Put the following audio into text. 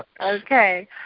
Okay